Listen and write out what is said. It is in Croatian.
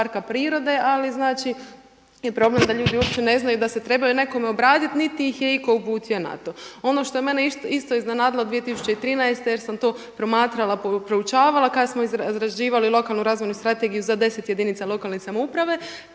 ali znali je problem da ljudi uopće ne znaju da se trebaju nekome obratiti, niti ih je itko uputio na to. Ono što je mene isto iznenadilo 2013. jer sam to promatrala, proučavala kad smo razrađivali lokalnu razvojnu strategiju za deset jedinica lokalne samouprave